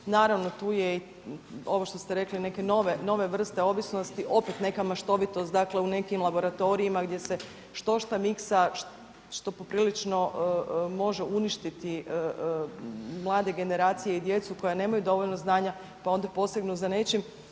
naravno, tu je i ovo što ste rekli neke nove vrste ovisnosti, opet neka maštovitost, dakle u nekim laboratorijima gdje se štošta miksa što poprilično može uništiti mlade generacije i djecu koja nemaju dovoljno znanja pa onda posegnu za nečim.